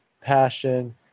passion